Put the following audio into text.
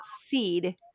seed